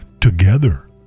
together